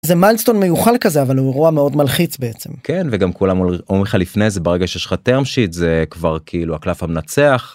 זה מיינסטון מיוחד כזה אבל הוא רואה מאוד מלחיץ בעצם כן וגם כולם אומרים לך לפני זה ברגע שיש לך term שיט זה כבר כאילו הקלף המנצח.